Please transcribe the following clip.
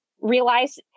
realize